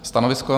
Stanovisko?